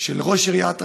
של ראש עיריית רהט,